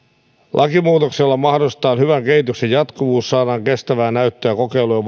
lakimuutoksella mahdollistetaan hyvän kehityksen jatkuvuus saadaan kestävää näyttöä kokeilujen